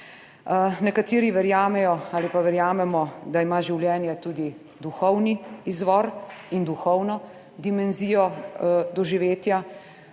nekateri verjamejo ali pa verjamemo, da ima življenje tudi duhovni izvor in duhovno dimenzijo doživetja,